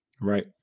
right